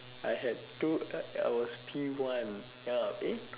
I had two uh I was P one ya eh